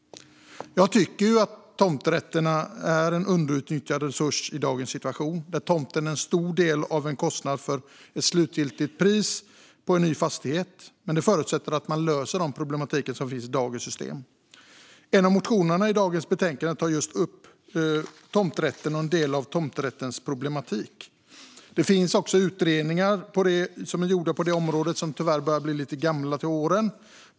Jag tycker att tomträtten är en underutnyttjad resurs i dagens situation, där tomten utgör en stor del av kostnaden för det slutgiltiga priset på en ny fastighet. Men det förutsätter att man löser den problematik som finns i dagens system. En av motionerna i dagens betänkande tar upp just tomträtten och en del av tomträttens problematik. Det finns också utredningar som har gjorts på området, men de börjar tyvärr bli lite till åren.